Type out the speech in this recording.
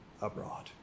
abroad